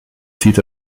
zieht